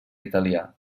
italià